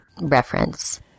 reference